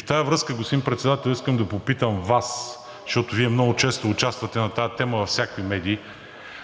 В тази връзка, господин Председател, искам да попитам Вас, защото Вие много често участвате на тази тема във всякакви медии: